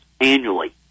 annually